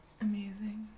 Amazing